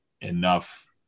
enough